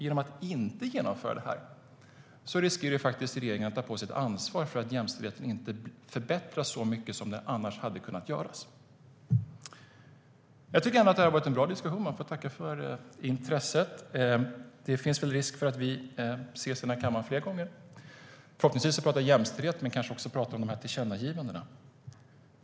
Genom att inte genomföra ändringarna riskerar regeringen att få ta ansvaret för att jämställdheten inte förbättras så mycket som den annars hade kunnat göra. Det har varit en bra diskussion. Jag får tacka för intresset. Det finns risk för att vi ses i kammaren fler gånger, förhoppningsvis för att då diskutera jämställdheten, men kanske också för att tala om tillkännagivandena.